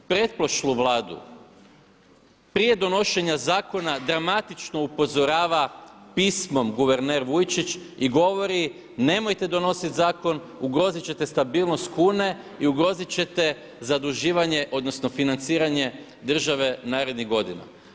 Pretprošlu Vladu prije donošenja zakona dramatično upozorava pismom guverner Vujčić i govori nemojte donositi zakon, ugrozit ćete stabilnost kune i ugrozit ćete zaduživanje, odnosno financiranje države narednih godina.